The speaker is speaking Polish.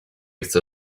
chcę